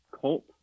cult